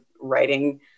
writing